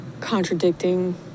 contradicting